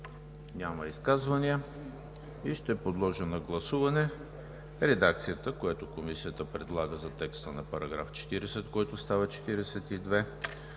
ли изказвания? Няма. Ще подложа на гласуване редакцията, която Комисията предлага за текста на § 40, който става §